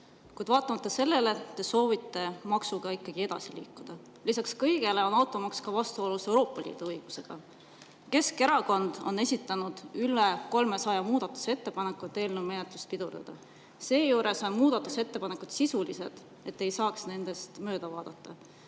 kuid vaatamata sellele te soovite maksuga ikkagi edasi liikuda. Lisaks kõigele on automaks vastuolus ka Euroopa Liidu õigusega. Keskerakond on esitanud üle 300 muudatusettepaneku, et eelnõu menetlust pidurdada. Seejuures on muudatusettepanekud sisulised, et te ei saaks nendest mööda